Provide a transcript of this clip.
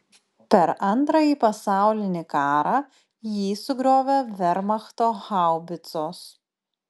per antrąjį pasaulinį karą jį sugriovė vermachto haubicos